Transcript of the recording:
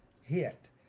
hit